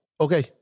okay